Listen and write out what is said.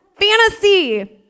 Fantasy